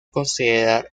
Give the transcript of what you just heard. considerar